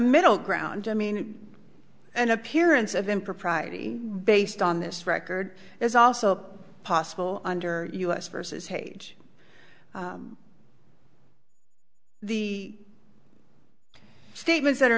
middle ground i mean an appearance of impropriety based on this record is also possible under us versus hage the statements that are